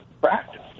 practice